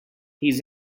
his